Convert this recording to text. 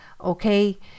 Okay